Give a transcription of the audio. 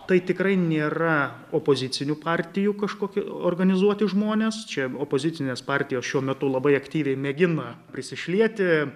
tai tikrai nėra opozicinių partijų kažkoki organizuoti žmonės čia opozicinės partijos šiuo metu labai aktyviai mėgina prisišlieti